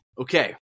Okay